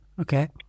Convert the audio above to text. Okay